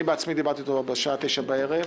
אני בעצמי דיברתי אתו בשעה 21:00 בערב,